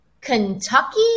Kentucky